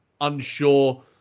unsure